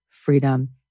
Freedom